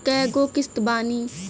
कय गो किस्त बानी?